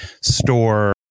store